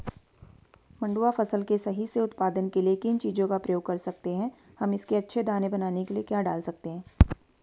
मंडुवा फसल के सही से उत्पादन के लिए किन चीज़ों का प्रयोग कर सकते हैं हम इसके अच्छे दाने बनाने के लिए क्या डाल सकते हैं?